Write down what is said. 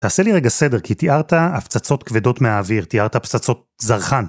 תעשה לי רגע סדר כי תיארת הפצצות כבדות מהאוויר, תיארת פצצות זרחן.